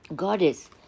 Goddess